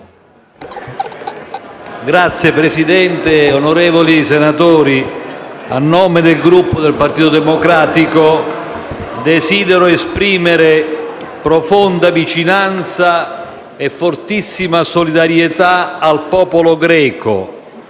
Signor Presidente, onorevoli senatori, a nome del Gruppo Partito Democratico desidero esprimere profonda vicinanza e fortissima solidarietà al popolo greco,